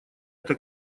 эта